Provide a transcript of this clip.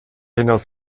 hinaus